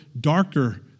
darker